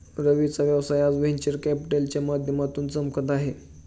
रवीचा व्यवसाय आज व्हेंचर कॅपिटलच्या माध्यमातून चमकत आहे